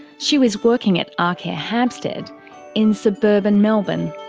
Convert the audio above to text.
she was working at arcare hampstead in suburban melbourne.